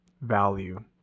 value